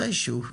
מתישהו.